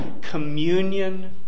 communion